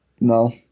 No